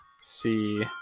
see